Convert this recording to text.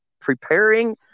preparing